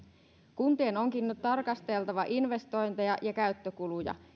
kuntien onkin nyt tarkasteltava investointeja ja käyttökuluja